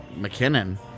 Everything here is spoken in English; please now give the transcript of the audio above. McKinnon